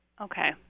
Okay